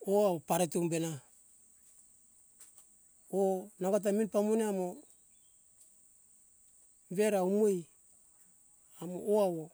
o avo pareto humbu to kiora, o nango ta meni pamone amo veora umoi amo oh awo